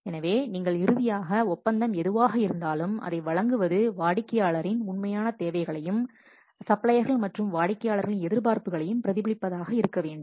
எனவே நீங்கள் இறுதியாக ஒப்பந்தம் எதுவாக இருந்தாலும் அதை வழங்குவது வாடிக்கையாளரின் உண்மையான தேவைகளையும் சப்ளையர்கள் மற்றும் வாடிக்கையாளர்களின் எதிர்பார்ப்புகளையும் பிரதிபலிப்பதாக இருக்க வேண்டும்